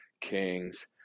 kings